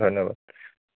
ধন্যবাদ